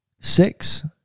six